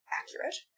accurate